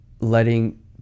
letting